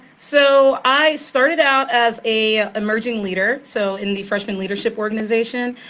so i started out as a emerging leader. so in the first big leadership organization,